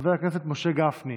חבר הכנסת משה גפני,